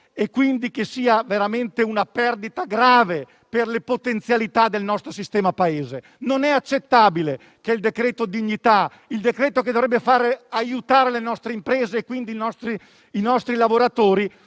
e quindi che sia veramente una perdita grave per le potenzialità del nostro sistema Paese? Non è accettabile che il decreto-legge sostegni, il provvedimento che dovrebbe aiutare le nostre imprese e quindi i nostri lavoratori,